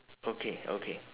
okay okay